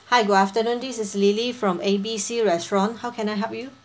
hi good afternoon this is lily from A B C restaurant how can I help you